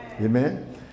Amen